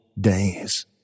days